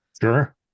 Sure